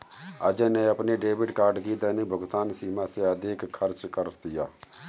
अजय ने अपने debit card की दैनिक भुगतान सीमा से अधिक खर्च कर दिया